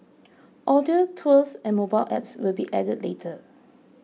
audio tours and mobile apps will be added later